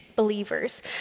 believers